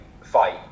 fight